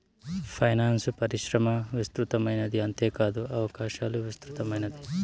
finance పరిశ్రమ విస్తృతమైనది అంతేకాదు అవకాశాలు విస్తృతమైనది